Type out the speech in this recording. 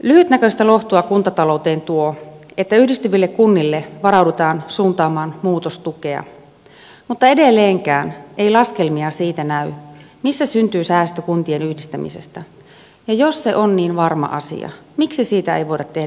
lyhytnäköistä lohtua kuntatalouteen tuo se että yhdistyville kunnille varaudutaan suuntaamaan muutostukea mutta edelleenkään ei näy laskelmia siitä missä syntyy säästö kuntien yhdistämisestä ja jos se on niin varma asia miksi siitä ei voida tehdä laskelmia